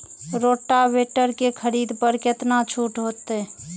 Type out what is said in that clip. Rotavator के खरीद पर केतना छूट होते?